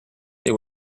they